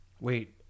wait